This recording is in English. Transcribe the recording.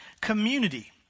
Community